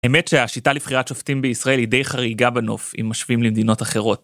האמת שהשיטה לבחירת שופטים בישראל היא די חריגה בנוף אם משווים למדינות אחרות.